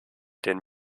den